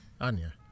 Anya